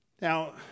Now